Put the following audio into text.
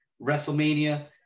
WrestleMania